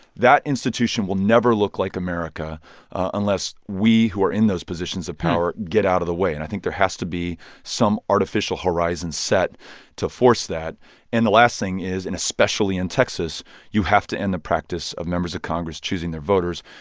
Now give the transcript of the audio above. that institution will never look like america unless we who are in those positions of power get out of the way, and i think there has to be some artificial horizon set to force that and the last thing is and especially in texas you have to end the practice of members of congress choosing their voters.